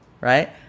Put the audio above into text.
right